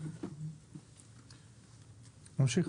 "99.